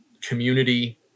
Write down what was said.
community